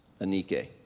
Anike